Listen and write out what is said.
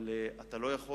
אבל אתה לא יכול